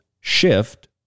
shift